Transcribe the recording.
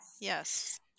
Yes